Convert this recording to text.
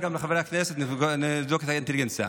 זה גם לחברי הכנסת, לבדוק את האינטליגנציה.